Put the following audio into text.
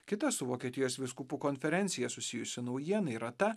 kita su vokietijos vyskupų konferencija susijusi naujiena yra ta